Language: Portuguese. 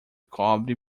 cobre